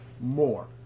More